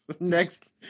next